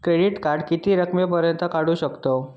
Credit card किती रकमेपर्यंत काढू शकतव?